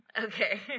Okay